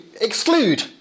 exclude